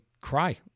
cry